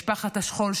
משפחת השכול,